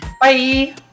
Bye